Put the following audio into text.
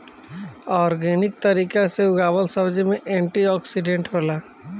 organic तरीका से उगावल सब्जी में एंटी ओक्सिडेंट होला